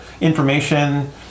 information